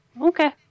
Okay